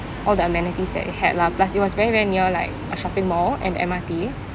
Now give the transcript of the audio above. all the amenities that you had lah plus it was very very near like a shopping mall and M_R_T